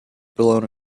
blown